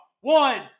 One